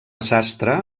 sastre